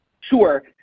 Sure